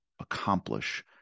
accomplish